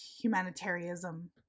humanitarianism